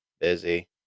busy